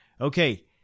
okay